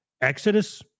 Exodus